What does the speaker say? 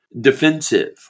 defensive